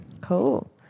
Cool